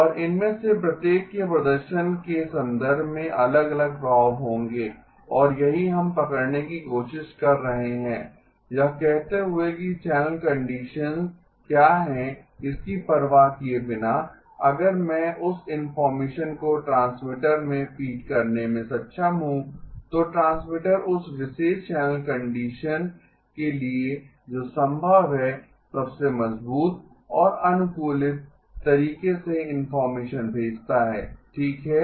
और इनमें से प्रत्येक के प्रदर्शन के संदर्भ में अलग अलग प्रभाव होंगे और यही हम पकड़ने की कोशिश कर रहें हैं यह कहते हुए कि चैनल कंडीशन क्या है इसकी परवाह किए बिना अगर मैं उस इनफार्मेशन को ट्रांसमीटर में फीड करने में सक्षम हूं तो ट्रांसमीटर उस विशेष चैनल कंडीशन के लिए जो संभव है सबसे मजबूत और अनुकूलित तरीके से इनफार्मेशन भेजता है ठीक है